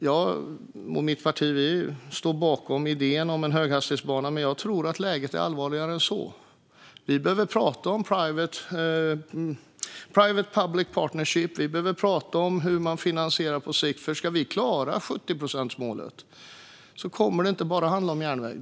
Jag och mitt parti står bakom idén om en höghastighetsbana, men jag tror att läget är allvarligare än så. Vi behöver prata om private-public partnership och om hur man finansierar på sikt. Ska vi klara 70-procentsmålet kommer det inte bara att handla om järnväg.